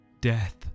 death